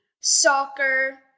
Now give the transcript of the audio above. soccer